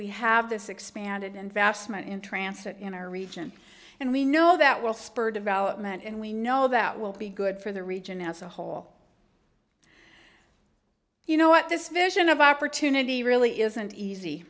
we have this expanded and vast meant intransitive in our region and we know that will spur development and we know that will be good for the region as a whole you know what this vision of opportunity really isn't easy